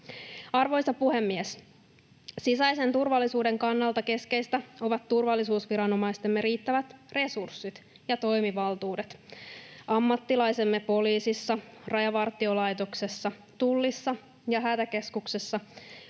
Arvoisa puhemies! Sisäisen turvallisuuden kannalta keskeisiä ovat turvallisuusviranomaistemme riittävät resurssit ja toimivaltuudet. Ammattilaisemme poliisissa, Rajavartiolaitoksessa, Tullissa, Hätäkeskuksessa